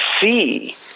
see